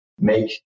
make